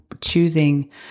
choosing